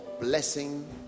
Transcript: blessing